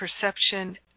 perception